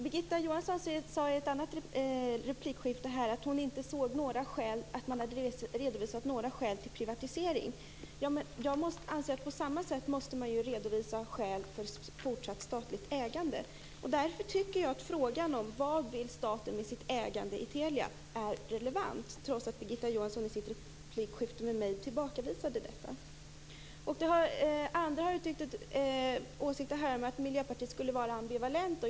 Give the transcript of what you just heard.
Birgitta Johansson sade i ett tidigare replikskifte att hon inte såg att man hade redovisat några skäl till privatisering. Jag anser att man även måste redovisa skäl för fortsatt statligt ägande. Därför tycker jag att frågan vad staten vill med sitt ägande med Telia är relevant, trots att Birgitta Johansson i sitt replikskifte med mig tillbakavisade det. Andra har uttryckt åsikten att Miljöpartiet skulle vara ambivalent.